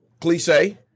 cliche